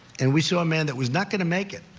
and we saw a man that was not going to make it.